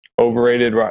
overrated